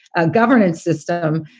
a governance system.